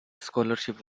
scholarship